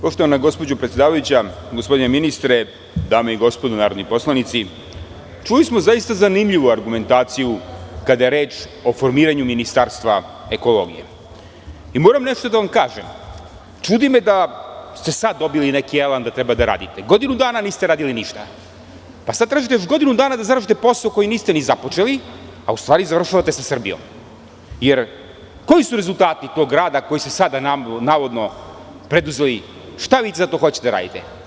Poštovana gospođo predsedavajuća, gospodine ministre, dame i gospodo narodni poslanici, čuli smo zaista zanimljivu argumentaciju kada je reč o formiranju Ministarstva ekologije i moram nešto da vam kažem – čudi me da ste sad dobili neki elan da treba da radite, godinu dana niste radili ništa, pa sad tražite još godinu dana da završite posao koji niste ni započeli, a u stvari završavate sa Srbijom, jer koji su rezultati tog rada koji ste sada navodno preduzeli, šta vi sad to hoćete da radite?